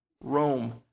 Rome